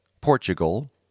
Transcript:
Portugal